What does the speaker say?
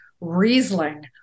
Riesling